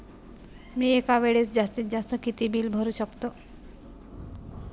मी एका वेळेस जास्तीत जास्त किती बिल भरू शकतो?